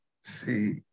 See